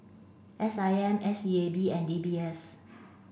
S I M S E A B and D B S